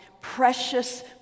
precious